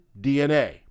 dna